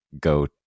go